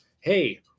hey